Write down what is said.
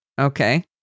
Okay